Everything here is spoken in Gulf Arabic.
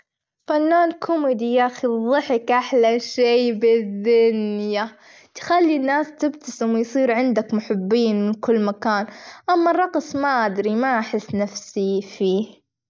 فنان كوميدي يأخذ ظحك أحلى شي بالذنيا تخلي الناس تبتسم، ويصير عندك محبين من كل مكان، أما الرجص ما أدري ما أحس نفسي فيه.